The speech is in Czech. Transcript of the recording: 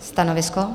Stanovisko?